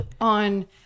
on